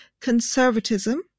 Conservatism